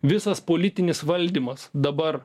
visas politinis valdymas dabar